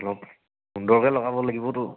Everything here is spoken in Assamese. অলপ সুন্দৰকৈ লগাব লাগিবতো